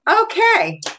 Okay